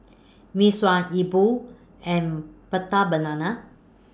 Mee Sua E Bua and Prata Banana